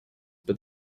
but